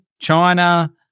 China